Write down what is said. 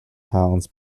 towns